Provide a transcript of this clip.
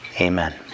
Amen